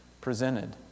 presented